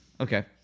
okay